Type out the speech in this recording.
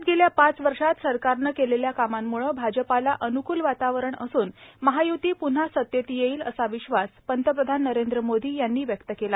राज्यात गेल्या पाच वर्षात सरकारनं केलेल्या कामांमुळं भाजपाला अन्कुल वातावरण असून महाय्ती प्न्हा सत्तेत येईल असा विश्वास पंतप्रधान नरेंद्र मोदी यांनी व्यक्त केला